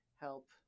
help